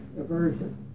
aversion